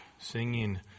singing